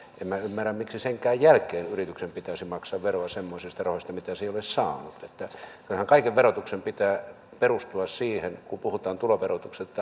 en minä ymmärrä miksi senkään jälkeen yrityksen pitäisi maksaa veroa semmoisista rahoista mitä se ei ole saanut kyllähän kaiken verotuksen pitää perustua siihen kun puhutaan ansiotuloverotuksesta että